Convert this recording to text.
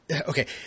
Okay